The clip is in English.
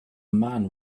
man